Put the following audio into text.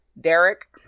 Derek